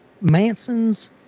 Manson's